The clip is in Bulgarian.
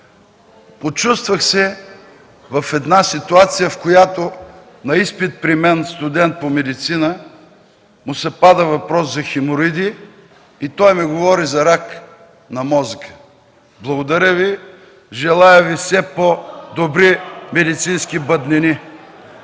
Почувствах се в ситуация, в която на изпит на студент по медицина при мен му се пада въпрос за хемороиди, а той ми говори за рак на мозъка. Благодаря Ви, желая Ви все по-добри медицински бъднини!